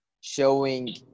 showing